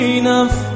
enough